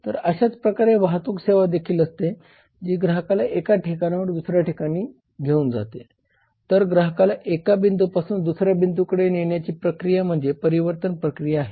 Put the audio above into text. तर अशाच प्रकारे वाहतूक सेवा देखील असते जी ग्राहकाला एका ठिकाणाहून दुसऱ्या ठिकाणी घेऊन जाते तर ग्राहकाला एका बिंदूपासून दुसर्या बिंदूकडे नेण्याची प्रक्रिया म्हणजे परिवर्तन प्रक्रिया आहे